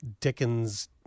Dickens